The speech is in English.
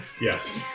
Yes